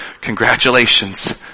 congratulations